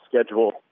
schedule